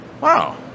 Wow